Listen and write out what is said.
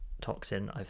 toxin